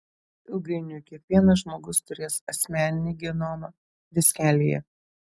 ilgainiui kiekvienas žmogus turės asmeninį genomą diskelyje